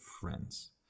friends